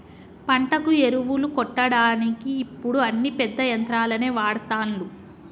పంటకు ఎరువులు కొట్టడానికి ఇప్పుడు అన్ని పెద్ద యంత్రాలనే వాడ్తాన్లు